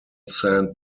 saint